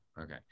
Okay